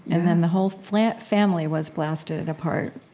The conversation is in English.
and then the whole family family was blasted apart,